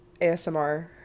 ASMR